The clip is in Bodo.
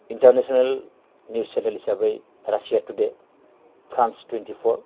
इन्टारनेसनेल निउस चेनेल हिसाबै रासिया थुडे फ्रान्स थुइनथिफर